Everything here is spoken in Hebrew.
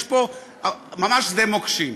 יש פה ממש שדה מוקשים.